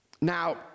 Now